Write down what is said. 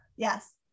Yes